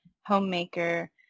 homemaker